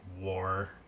war